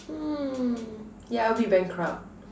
hmm yeah I'll be bankrupt